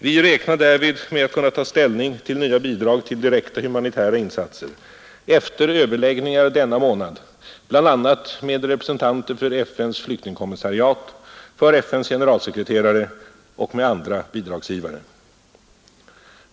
Vi räknar därvid med att kunna ta ställning till nya bidrag till direkta humanitära insatser efter överläggningar denna månad bl.a. med representanter för FN:s flyktingkommissariat och för andra bidragsgivare.